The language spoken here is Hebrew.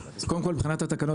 קודם כל מבחינת התקנות